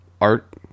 art